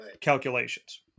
calculations